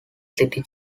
city